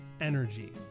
energy